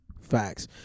facts